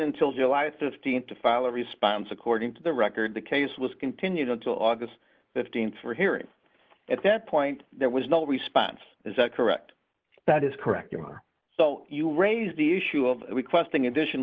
until july th to file a response according to the record the case was continued until august th for hearing at that point there was no response is that correct that is correct or so you raised the issue of requesting addition